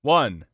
one